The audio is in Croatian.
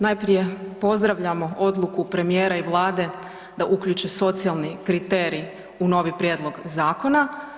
Najprije pozdravljamo odluku premijera i Vlade da uključe socijalni kriterij u novi prijedlog zakona.